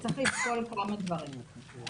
זה יהיה "אם לא מצא ---- בלא שהציג.